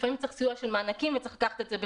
לפעמים צריך סיוע של מענקים וצריך לקחת את זה בחשבון.